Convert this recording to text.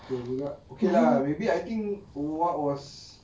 betul juga okay lah maybe I think oh what was